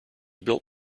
built